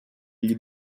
gli